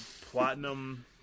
Platinum